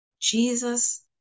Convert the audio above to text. jesus